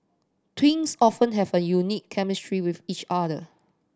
twins often have a unique chemistry with each other